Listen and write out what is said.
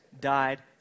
died